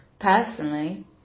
Personally